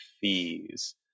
fees